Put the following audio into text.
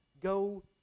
Go